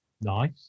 Nice